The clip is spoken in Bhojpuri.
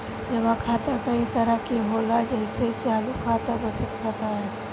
जमा खाता कई तरह के होला जेइसे चालु खाता, बचत खाता आदि